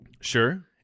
Sure